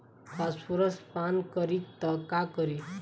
Phosphorus पान करी त का करी?